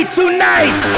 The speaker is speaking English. tonight